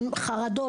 עם חרדות,